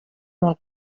molt